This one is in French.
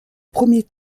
premier